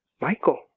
Michael